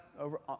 over